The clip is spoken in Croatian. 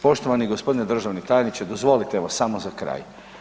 Poštovani gospodine državni tajniče dozvolite evo samo za kraj.